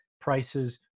prices